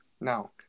Now